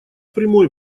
прямой